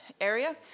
area